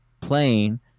playing